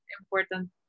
important